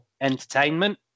entertainment